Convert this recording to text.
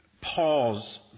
pause